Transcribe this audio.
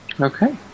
Okay